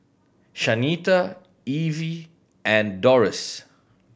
Shanita Evie and Doris